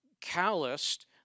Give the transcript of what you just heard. calloused